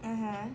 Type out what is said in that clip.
(uh huh)